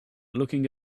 looking